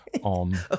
on